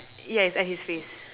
yeah it's at his face